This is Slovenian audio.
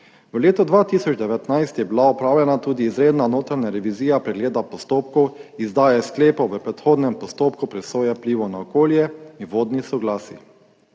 V letu 2019 je bila opravljena tudi izredna notranja revizija pregleda postopkov izdaje sklepov v predhodnem postopku presoje vplivov na okolje in vodnih soglasij.